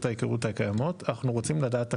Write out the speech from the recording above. ההיכרות הקיימות אנחנו רוצים לדעת הכל.